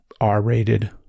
R-rated